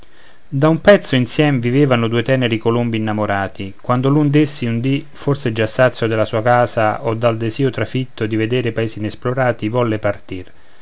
da un pezzo insiem vivevano due teneri colombi innamorati quando l'un d'essi un dì forse già sazio della sua casa o dal desìo trafitto di vedere paesi inesplorati volle partir